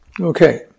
Okay